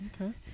Okay